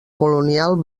colonial